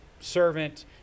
servant